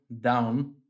down